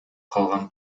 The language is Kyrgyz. калган